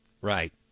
right